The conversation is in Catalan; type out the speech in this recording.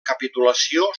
capitulació